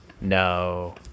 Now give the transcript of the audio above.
no